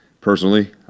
personally